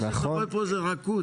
מה שקורה פה זה רכות.